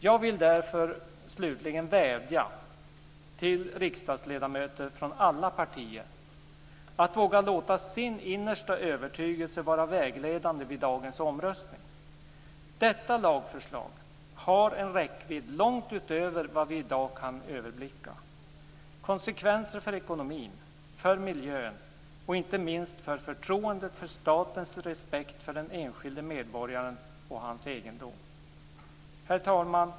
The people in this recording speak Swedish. Jag vill därför slutligen vädja till riksdagsledamöter från alla partier att våga låta sin innersta övertygelse vara vägledande vid dagens omröstning. Detta lagförslag har en räckvidd långt utöver vad vi i dag kan överblicka, konsekvenser för ekonomin, för miljön och inte minst för förtroendet för statens respekt för den enskilde medborgaren och hans egendom. Herr talman!